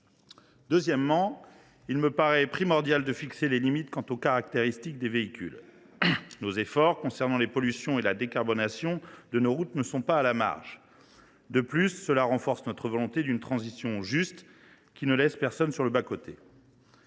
Deuxièmement, il me semble primordial de fixer des limites quant aux caractéristiques des véhicules ; on le voit, nos efforts concernant les pollutions et la décarbonation de nos routes ne sont pas marginaux. Nous renforçons aussi notre volonté d’une transition juste, qui ne laisse personne sur le bas côté.